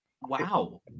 Wow